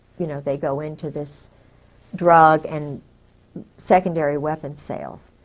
you know they go into this drug and secondary weapons sales